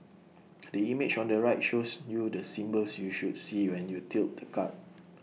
the image on the right shows you the symbols you should see when you tilt the card